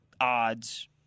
odds